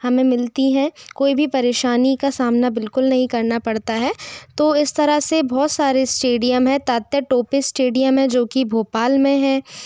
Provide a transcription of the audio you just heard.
हमें मिलती हैं कोई भी परेशानी का सामना बिल्कुल नहीं करना पड़ता है तो इस तरह से बहुत सारे स्टेडियम हैं तात्या टोपे स्टेडियम है जो कि भोपाल में है